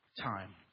time